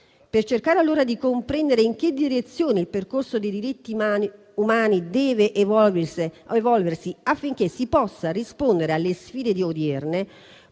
Per cercare allora di comprendere in che direzione il percorso dei diritti umani deve evolversi, affinché si possa rispondere alle sfide odierne,